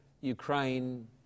Ukraine